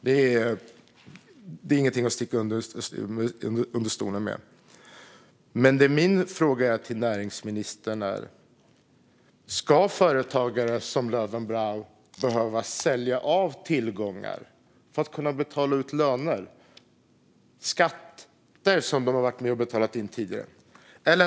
Det är inget att sticka under stol med. Min fråga till näringsministern är: Ska företagare som Löwenbräu behöva sälja av tillgångar för att kunna betala ut löner? De har varit med och betalat in skatter tidigare.